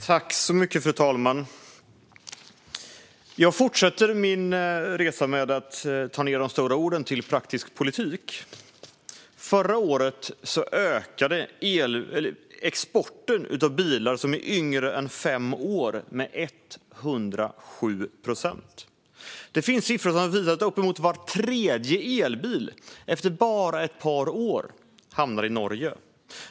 Fru talman! Jag fortsätter min resa när det gäller att ta ned de stora orden till praktisk politik. Förra året ökade exporten av bilar som är yngre än fem år med 107 procent. Det finns siffror som visar att uppemot var tredje elbil efter bara ett par år hamnar i Norge.